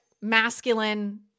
masculine